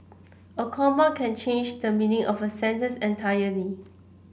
a comma can change the meaning of a sentence entirely